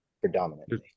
predominantly